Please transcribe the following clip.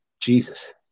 jesus